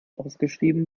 ausgeschrieben